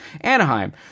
Anaheim